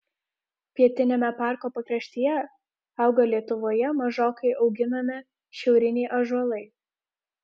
pietiniame parko pakraštyje auga lietuvoje mažokai auginami šiauriniai ąžuolai